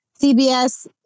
CBS